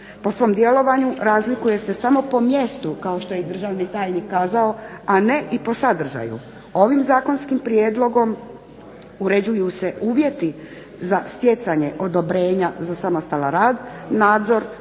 Po svom djelovanju razlikuje se samo po mjestu, kao što je i državni tajnik kazao, a ne i po sadržaju. Ovim zakonskim prijedlogom uređuju se uvjeti za stjecanje odobrenja za samostalan rad, nadzor,